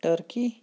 turkey